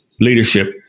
leadership